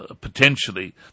potentially